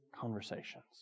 conversations